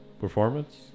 Performance